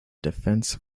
defense